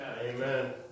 amen